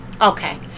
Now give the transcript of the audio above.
Okay